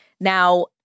Now